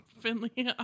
Finley